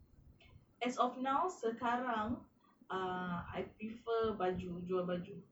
as of now sekarang ah I prefer baju jual baju